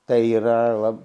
tai yra lab